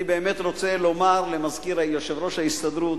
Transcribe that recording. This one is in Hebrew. אני רוצה לומר ליושב-ראש ההסתדרות,